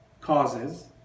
causes